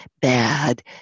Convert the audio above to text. bad